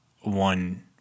one